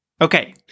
Okay